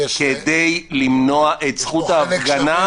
כדי למנוע את זכות ההפגנה.